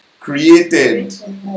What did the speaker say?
created